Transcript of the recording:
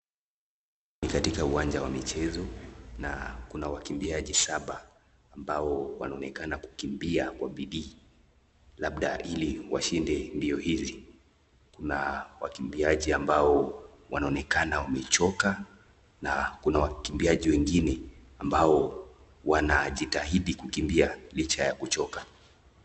Katika uwanja wa michezo na kuna wakimbiaji saba ambao wanaonekana kukimbia kwa bidii, labda ili washinde mbio hizi, na wakimbiaji ambao wanaonekana wamechoka na kuna wakimbiaji wengine ambao wanajitahidi kukimbia liche ya kuchoka.